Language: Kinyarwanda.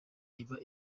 iba